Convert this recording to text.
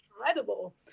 incredible